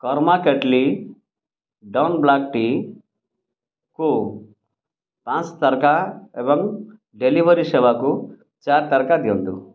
କର୍ମା କେଟଲି ଡ଼ନ୍ ବ୍ଲାକ୍ ଟିକୁ ପାଞ୍ଚ ତାରକା ଏବଂ ଡ଼େଲିଭରୀ ସେବାକୁ ଚାରି ତାରକା ଦିଅନ୍ତୁ